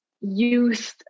youth